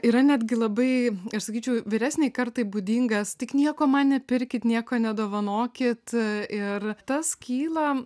yra netgi labai aš sakyčiau vyresnei kartai būdingas tik nieko man nepirkit nieko nedovanokit ir tas kyla